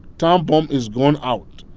time bomb is gone out.